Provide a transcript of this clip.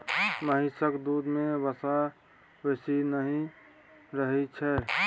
महिषक दूध में वसा बेसी नहि रहइ छै